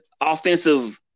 offensive